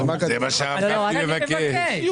זה מה שהרב מבקש.